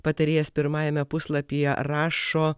patarėjas pirmajame puslapyje rašo